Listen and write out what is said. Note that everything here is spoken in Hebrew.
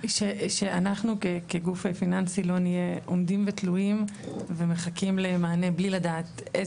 שאנחנו כגוף פיננסי לא נהיה עומדים ותלויים ומחכים למענה בלי לדעת.